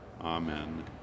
Amen